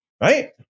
right